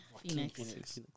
Phoenix